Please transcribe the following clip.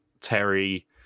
Terry